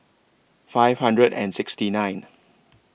five hundred and sixty nine